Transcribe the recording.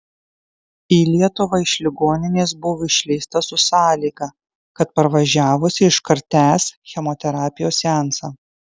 į lietuvą iš ligoninės buvo išleista su sąlyga kad parvažiavusi iškart tęs chemoterapijos seansą